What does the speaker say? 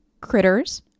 critters